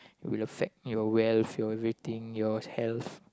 will affect your wealth your rating your health